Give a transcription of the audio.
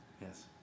Yes